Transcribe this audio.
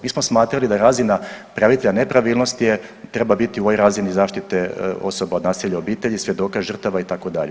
Mi smo smatrali da razina prijavitelja nepravilnosti je, treba biti u ovoj razini zaštite osoba od nasilja u obitelji, svjedoka, žrtava itd.